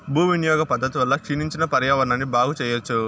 భూ వినియోగ పద్ధతి వల్ల క్షీణించిన పర్యావరణాన్ని బాగు చెయ్యచ్చు